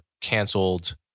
canceled